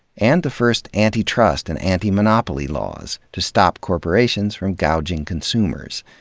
and the first antitrust and anti-monopoly laws to stop corporations from gouging consumers.